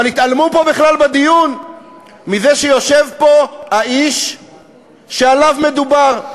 אבל התעלמו פה בכלל בדיון מזה שיושב פה האיש שעליו מדובר.